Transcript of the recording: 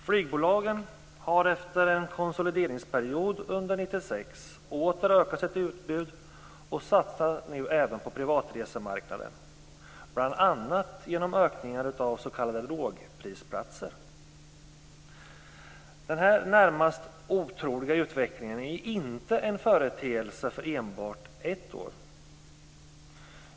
Flygbolagen har efter en konsolideringsperiod under år 1996 åter ökat sitt utbud och satsar nu även på privatresemarknaden, bl.a. genom ökningar av s.k. lågprisplatser. Denna närmast otroliga utveckling är inte en företeelse för enbart ett år.